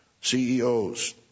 CEOs